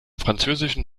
französischen